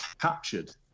captured